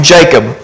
Jacob